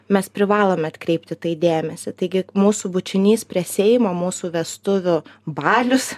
mes privalome atkreipt į tai dėmesį taigi mūsų bučinys prie seimo mūsų vestuvių balius